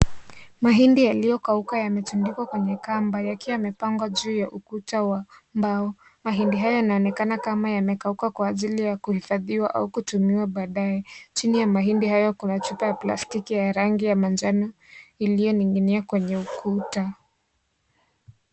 Mahidi yaliyokauka yametundikwa kwenye kamba, yakiwa yamepangwa juu ya ukuta wa mbao. Mahindi hayo yanaonekana kama yamekauka kwa ajili ya kuhifadhi au kutumia baadae. Chini ya mahindi hayo kuna chupa ya plastiki ya rangi ya manjano iliyo ning'inia kwenye ukuta.